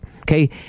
Okay